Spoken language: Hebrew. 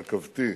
רכבתי,